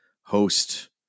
host